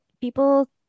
people